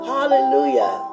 Hallelujah